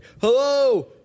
hello